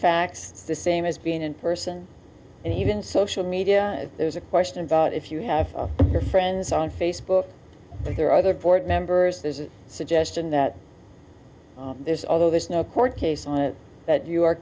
fax the same as being in person and even social media there's a question about if you have your friends on facebook but there are other board members there's a suggestion that there's although there's no court case on it that you are